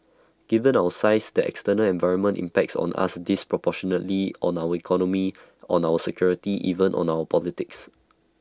given our size the external environment impacts on us disproportionately on our economy on our security even on our politics